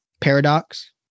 paradox